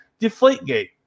Deflategate